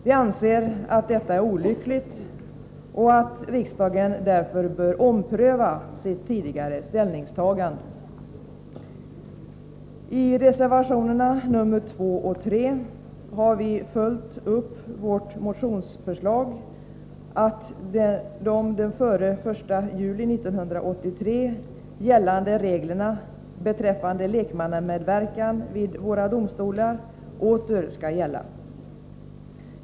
Vi anser att detta är olyckligt och att riksdagen därför bör ompröva sitt tidigare ställningstagande. I reservationerna nr 2 och 3 har vi följt upp vårt motionsförslag att de före den 1 juli 1983 gällande reglerna beträffande lekmannamedverkan vid våra domstolar åter skall gälla.